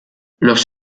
los